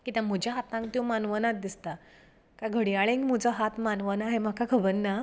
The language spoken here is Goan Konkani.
कित्या म्हज्या हातांक त्यो मानवना दिसतां काय घडयाळेंक म्हजो हात मानवना हें म्हाका खबर ना